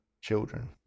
children